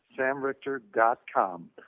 samrichter.com